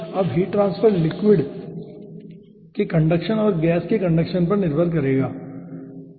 अब heat transfer liquid के conduction और गैस के कंडक्शन पर निर्भर करेगा ठीक है